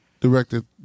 directed